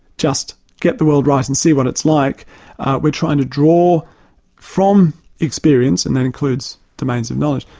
just get the world right and see what it's like we're trying to draw from experience, and that includes domains of note,